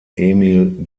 emil